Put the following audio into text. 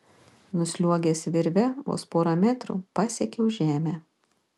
nusliuogęs virve vos porą metrų pasiekiau žemę